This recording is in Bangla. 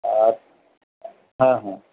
আর হ্যাঁ হ্যাঁ